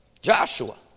Joshua